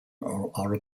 are